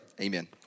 Amen